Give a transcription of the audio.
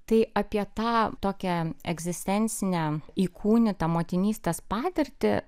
tai apie tą tokią egzistencinę įkūnytą motinystės patirtį